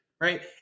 right